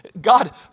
God